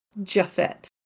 Jaffet